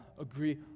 agree